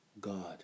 God